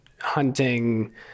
hunting